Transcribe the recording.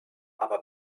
aber